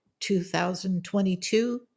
2022